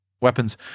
weapons